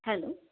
hello